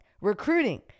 recruiting